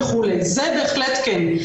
זה בהחלט כן.